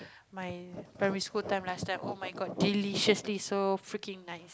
my primary school time last time oh-my-god deliciously so freaking nice